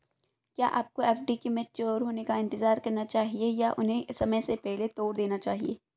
क्या आपको एफ.डी के मैच्योर होने का इंतज़ार करना चाहिए या उन्हें समय से पहले तोड़ देना चाहिए?